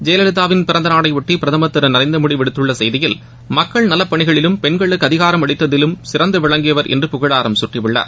ஜெயலலிதாவின் பிறந்த நாளையொட்டி பிரதமர் திரு நரேந்திரமோடி விடுத்துள்ள செய்தியில் மக்கள் நல பணிகளிலும் பெண்களுக்கு அதிகாரம் அளித்ததிலும் சிறந்து விளங்கியவர் என்று புகழாரம் சூட்டியுள்ளார்